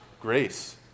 grace